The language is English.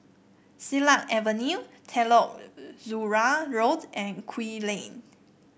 Silat Avenue Telok Kurau Road and Kew Lane